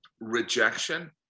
rejection